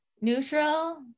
Neutral